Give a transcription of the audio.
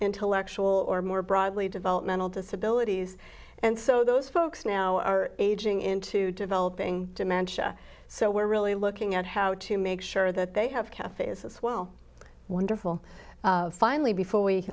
intellectual or more broadly developmental disabilities and so those folks now are age into developing dementia so we're really looking at how to make sure that they have cafes as well wonderful finally before we